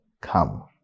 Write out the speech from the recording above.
come